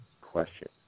Question